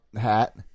hat